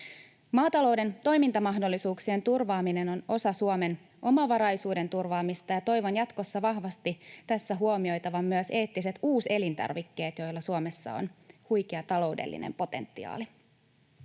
Maatalouden toimintamahdollisuuksien turvaaminen on osa Suomen omavaraisuuden turvaamista, ja toivon jatkossa vahvasti tässä huomioitavan myös eettiset uuselintarvikkeet, joilla Suomessa on huikea taloudellinen potentiaali.